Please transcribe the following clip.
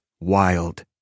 wild